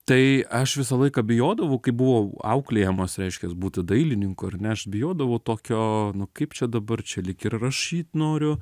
tai aš visą laiką bijodavau kai buvau auklėjamas reiškias būti dailininku ar ne aš bijodavau tokio nu kaip čia dabar čia lyg ir rašyt noriu